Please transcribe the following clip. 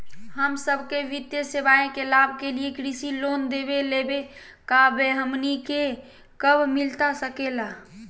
हम सबके वित्तीय सेवाएं के लाभ के लिए कृषि लोन देवे लेवे का बा, हमनी के कब मिलता सके ला?